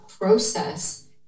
process